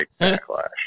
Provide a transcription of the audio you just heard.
backlash